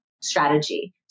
strategy